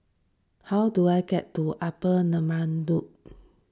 how do I get to Upper Neram Road